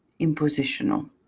impositional